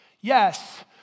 Yes